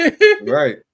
Right